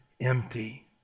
empty